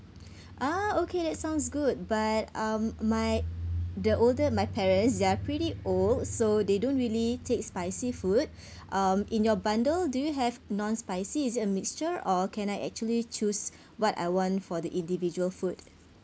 ah okay that sounds good but um my the older my parents they're pretty old so they don't really take spicy food um in your bundle do you have non-spicy is it a mixture or can I actually choose what I want for the individual food